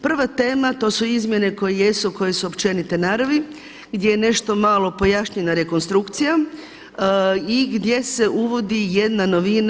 Prva tema to su izmjene koje jesu, koje su općenite naravi gdje je nešto malo pojašnjenja rekonstrukcija i gdje se uvodi jedna novina.